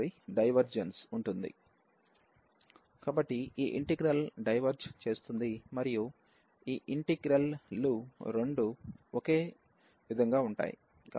కాబట్టి ఈ integral diverge చేస్తుంది మరియు ఇంటిగ్రల్ లు రెండూ ఒకే విధంగా ఉంటాయి